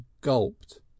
gulped